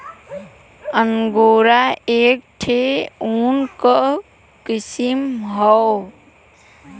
angora एक ठे ऊन क किसम हौ